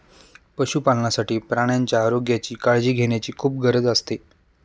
पशुपालनासाठी प्राण्यांच्या आरोग्याची काळजी घेण्याची खूप गरज असते